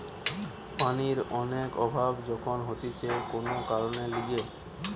পানির অনেক অভাব যখন হতিছে কোন কারণের লিগে